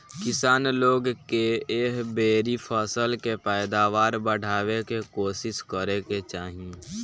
किसान लोग के एह बेरी फसल के पैदावार बढ़ावे के कोशिस करे के चाही